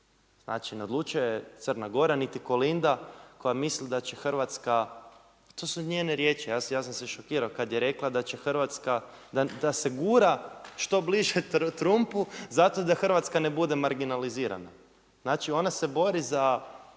Znači ne odlučuje Crna Gora niti Kolinda koja mislim da će Hrvatska, to su njene riječi, ja sam se šokirao kada je rekla da će Hrvatska, da se gura što bliže Trumpu zato da Hrvatska ne bude marginalizirana. Znači ona se bori za